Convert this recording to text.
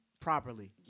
properly